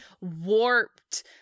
warped